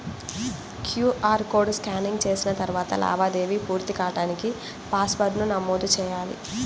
QR code scanning చేసిన తరువాత లావాదేవీ పూర్తి కాడానికి పాస్వర్డ్ను నమోదు చెయ్యాలి